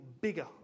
bigger